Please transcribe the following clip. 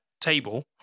table